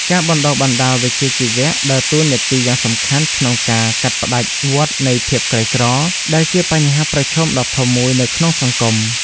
ការបណ្តុះបណ្តាលវិជ្ជាជីវៈដើរតួនាទីយ៉ាងសំខាន់ក្នុងការ កាត់ផ្តាច់វដ្តនៃភាពក្រីក្រ ដែលជាបញ្ហាប្រឈមដ៏ធំមួយនៅក្នុងសង្គម។